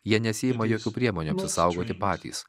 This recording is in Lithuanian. jie nesiima jokių priemonių apsisaugoti patys